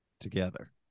together